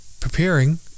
Preparing